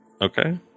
Okay